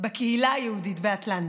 בקהילה היהודית באטלנטה.